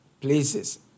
places